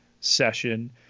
session